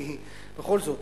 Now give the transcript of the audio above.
כי בכל זאת.